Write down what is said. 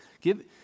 Give